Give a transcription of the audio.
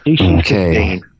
Okay